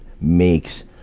makes